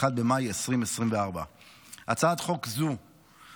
1 במאי 2024. הצעת חוק זו